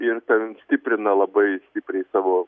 ir ten stiprina labai stipriai savo